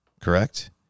correct